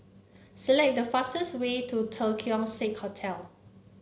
select the fastest way to Keong Saik Hotel